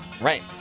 Right